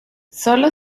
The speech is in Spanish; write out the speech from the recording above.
sólo